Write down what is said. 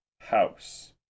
house